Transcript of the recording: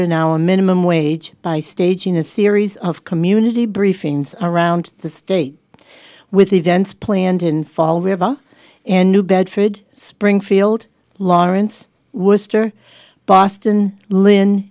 an hour minimum wage by staging a series of community briefings are around the state with events planned in fall river in new bedford springfield lawrence wister boston lynn